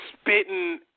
spitting